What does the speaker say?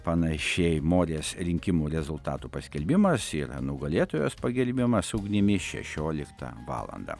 panašiai morės rinkimų rezultatų paskelbimas yra nugalėtojos pagerbimas ugnimi šešioliktą valandą